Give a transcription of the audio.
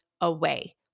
away